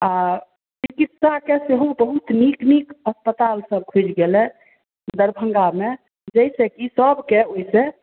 आ चिकित्सा के सेहो बहुत नीक नीक अस्पताल सब खुलि गेल अय दरभंगा मे जाहिसॅं कि सब के